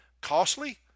costly